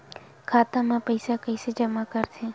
खाता म पईसा कइसे जमा करथे?